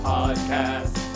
Podcast